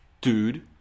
dude